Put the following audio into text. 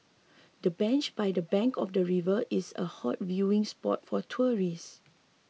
the bench by the bank of the river is a hot viewing spot for tourists